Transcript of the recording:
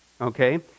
okay